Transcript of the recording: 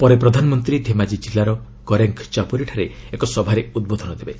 ପରେ ପ୍ରଧାନମନ୍ତ୍ରୀ ଧେମାଜୀ ଜିଲ୍ଲାର କରେଙ୍ଗ ଚାପୋରୀଠାରେ ଏକ ସଭାରେ ଉଦ୍ବୋଧନ ଦେବେ